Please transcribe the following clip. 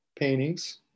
paintings